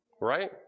right